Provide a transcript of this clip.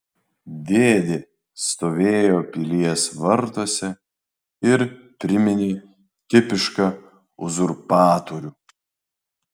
dėdė stovėjo pilies vartuose ir priminė tipišką uzurpatorių